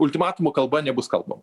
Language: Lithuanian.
ultimatumo kalba nebus kalbama